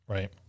Right